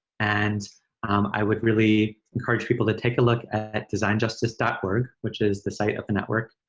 and i would really encourage people to take a look at designjustice org, which is the site of the network,